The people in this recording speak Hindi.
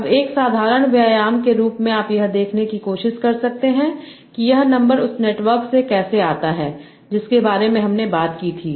अब एक साधारण व्यायाम के रूप में आप यह देखने की कोशिश कर सकते हैं कि यह नंबर उस नेटवर्क से कैसे आता है जिसके बारे में हमने बात की थी